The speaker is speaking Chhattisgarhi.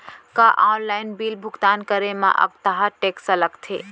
का ऑनलाइन बिल भुगतान करे मा अक्तहा टेक्स लगथे?